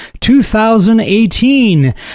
2018